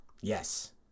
Yes